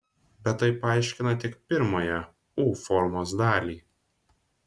bet tai paaiškina tik pirmąją u formos dalį